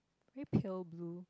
very pale blue